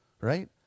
right